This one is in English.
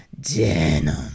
denim